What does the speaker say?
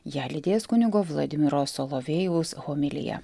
ją lydės kunigo vladimiro solovėjaus homilija